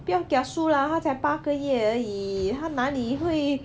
不要 kiasu lah 他才八个月而已他哪里会